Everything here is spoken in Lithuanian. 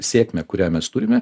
sėkmę kurią mes turime